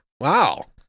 Wow